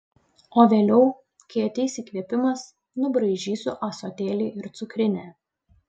o vėliau kai ateis įkvėpimas nubraižysiu ąsotėlį ir cukrinę